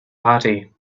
party